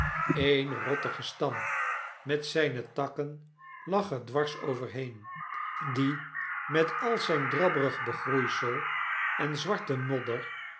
ee'n rottige stam met zpe takken lag er dwars overheen die met al zijn drabbig begroeisel en zwarte modder